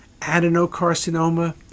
adenocarcinoma